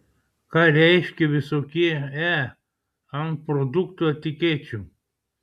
ką reiškia visokie e ant produktų etikečių